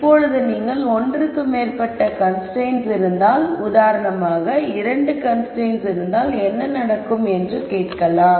இப்பொழுது நீங்கள் ஒன்றுக்கு மேற்பட்ட கன்ஸ்ரைன்ட்ஸ் இருந்தால் உதாரணமாக இரண்டு கன்ஸ்ரைன்ட்ஸ் இருந்தால் என்ன நடக்கும் என்று கேட்கலாம்